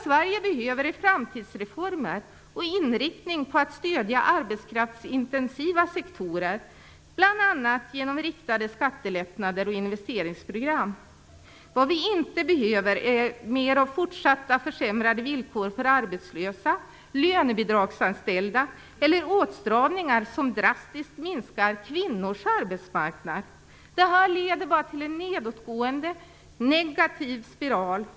Sverige behöver framtidsreformer och en inriktning på att stödja arbetskraftsintensiva sektorer, bl.a. genom riktade skattelättnader och investeringsprogram. Vi behöver inte fortsatt försämrade villkor för arbetslösa, lönebidragsanställda eller åtstramningar som drastiskt minskar kvinnornas arbetsmarknad. Detta leder bara till en nedåtgående negativ spiral.